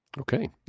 okay